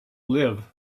live